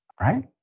right